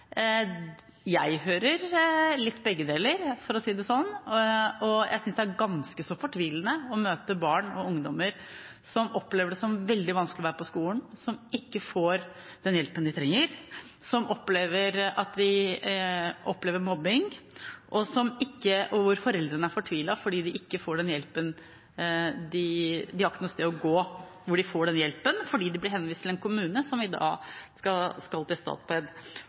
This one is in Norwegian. Jeg hører litt begge deler, for å si det sånn. Jeg synes det er ganske så fortvilende å møte barn og ungdommer som opplever det som veldig vanskelig å være på skolen, som ikke får den hjelpen de trenger, som opplever mobbing, og hvor foreldrene er fortvilet fordi de ikke har noe sted å gå hvor de får hjelp, fordi de blir henvist til Statped i en kommune som